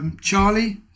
Charlie